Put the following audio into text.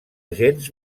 gens